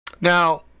Now